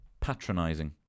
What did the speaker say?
patronizing